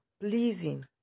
pleasing